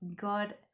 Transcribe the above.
God